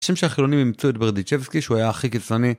כשם שהחילונים אימצו את ברדיצ'בסקי שהוא היה הכי קיצוני